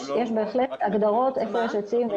בהחלט יש הגדרות איפה יש עצים.